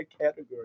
category